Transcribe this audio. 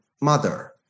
mother